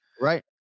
Right